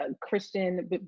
Christian